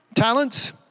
Talents